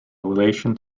relation